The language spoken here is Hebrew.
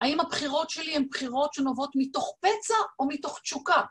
האם הבחירות שלי הן בחירות שנובעות מתוך פצע או מתוך תשוקה?